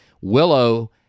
Willow